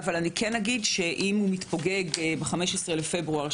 אבל אם הוא יתפוגג ב-15 בפברואר,